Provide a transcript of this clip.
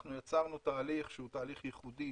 אנחנו יצרנו תהליך שהוא תהליך ייחודי